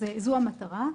אז זו המטרה.